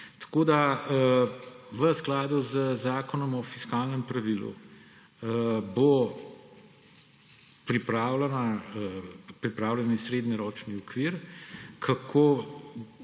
V skladu z Zakonom o fiskalnem pravilu bo pripravljen srednjeročni okvir, kako